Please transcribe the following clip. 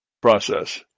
process